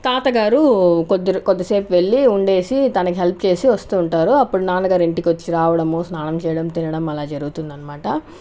తాత గారు కొద్ది కొద్దిసేపు వెళ్ళి ఉండేసి తనకు హెల్ప్ చేసి వస్తు ఉంటారు అప్పుడు నాన్నగారు ఇంటి కొచ్చి రావడము స్నానం చేయడము తినడము అలా జరుగుతుందన్నమాట